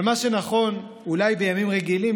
אבל מה שנכון אולי בימים רגילים,